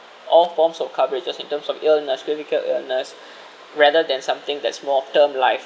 all forms of coverages in terms of illness critical illness rather than something that's more of term life